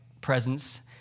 presence